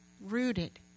rooted